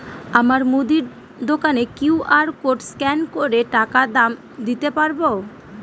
আমার মুদি দোকানের কিউ.আর কোড স্ক্যান করে টাকা দাম দিতে পারব?